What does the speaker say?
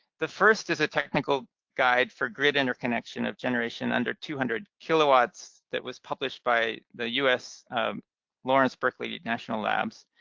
the first is a technical guide for grid interconnection of generation under two hundred kilowatts that was published by the us lawrence berkeley national labs.